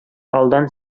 алдан